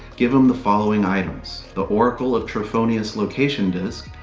give him the following items the oracle of trophonius location disc,